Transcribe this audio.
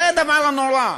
זה הדבר הנורא.